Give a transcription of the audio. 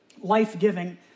life-giving